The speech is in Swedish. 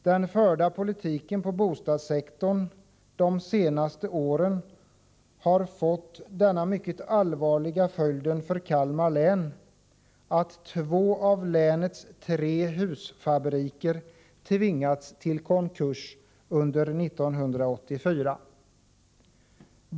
Den förda politiken på bostadssektorn de senaste åren har fått den mycket allvarliga följden för Kalmar län att två av länets tre husfabriker tvingats till konkurs under 1984.